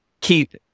keith